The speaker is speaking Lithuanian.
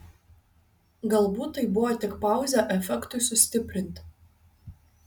galbūt tai buvo tik pauzė efektui sustiprinti